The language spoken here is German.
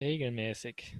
regelmäßig